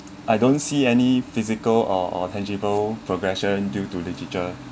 I don't see any physical or tangible progression due to literature